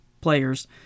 players